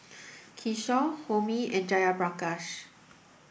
Kishore Homi and Jayaprakash